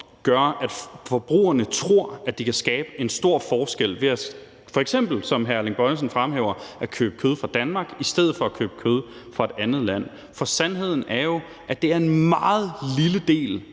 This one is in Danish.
gør, at forbrugerne tror, at de kan gøre en stor forskel ved f.eks., som hr. Erling Bonnesen fremhæver, at købe kød fra Danmark i stedet for at købe kød fra et andet land. For sandheden er jo, at det er en meget lille del